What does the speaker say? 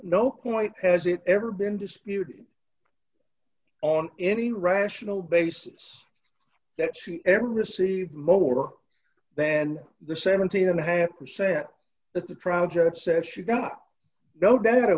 no point has it ever been disputed on d any rational basis that she ever received more than the seventeen and a half percent